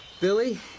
Billy